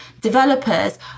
developers